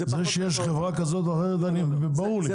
ברור לי שיש חברה כזאת או אחרת.